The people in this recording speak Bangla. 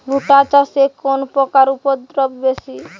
ভুট্টা চাষে কোন পোকার উপদ্রব বেশি?